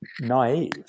naive